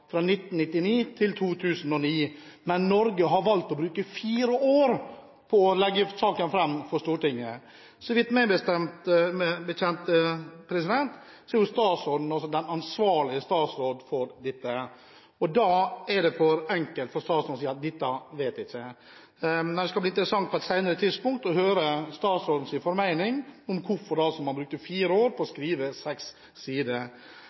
fra 1999 til 2009. Men Norge har valgt å bruke fire år på å legge saken fram for Stortinget. Meg bekjent er statsråden den ansvarlige statsråd for dette. Da er det for enkelt for statsråden å si at dette vet han ikke. Men det skal bli interessant på et senere tidspunkt å høre statsrådens grunn for at man har brukt fire år på å skrive seks sider.